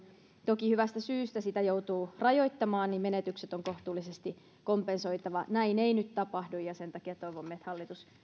toki hyvästä syystä sitä joutuu rajoittamaan menetykset on kohtuullisesti kompensoitava näin ei nyt tapahdu ja sen takia toivomme että hallitus